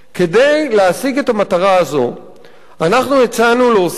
כדי להשיג את המטרה הזאת אנחנו הצענו להוסיף